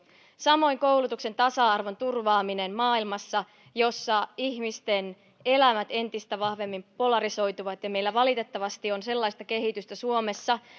samoin koulutuksen tasa arvon turvaaminen maailmassa jossa ihmisten elämät entistä vahvemmin polarisoituvat ja meillä valitettavasti on sellaista kehitystä suomessa